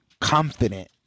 confident